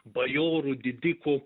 bajorų didikų